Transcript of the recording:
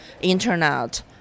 internet